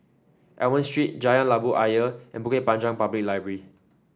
Almond Street Jalan Labu Ayer and Bukit Panjang Public Library